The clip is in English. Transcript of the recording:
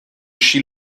she